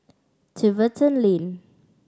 Tiverton Lane